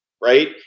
right